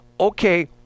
Okay